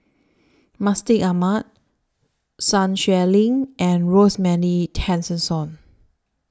Mustaq Ahmad Sun Xueling and Rosemary Tessensohn